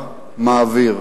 מעביר.